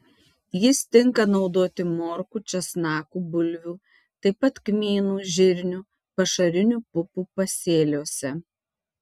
jis tinka naudoti morkų česnakų bulvių taip pat kmynų žirnių pašarinių pupų pasėliuose